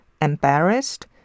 embarrassed